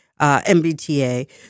MBTA